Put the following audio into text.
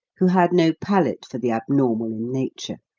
who had no palate for the abnormal in nature.